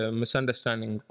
misunderstanding